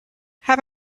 have